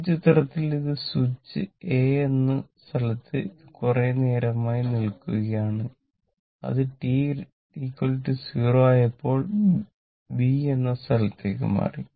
ഈ ചിത്രത്തിൽ ഇതിൽ സ്വിച്ച് എ എന്ന സ്ഥലത്ത് ഇത് കുറേ നേരമായി നിൽക്കുകയാണ് ആണ് അത് t0 ആയപ്പോൾ ബി എന്ന സ്ഥലത്തേക്ക് മാറ്റി